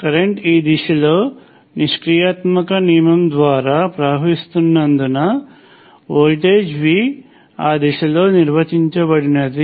current ఈ దిశలో నిష్క్రియాత్మక నియమము ద్వారా ప్రవహిస్తున్నందున వోల్టేజ్ V ఆ దిశలో నిర్వచించబడినది